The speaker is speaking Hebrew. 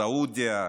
מסעודיה,